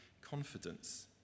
confidence